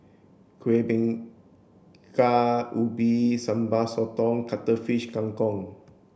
Kuih Bingka Ubi Sambal Sotong and Cuttlefish Kang Kong